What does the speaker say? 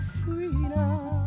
freedom